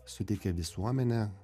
suteikia visuomenė